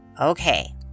Okay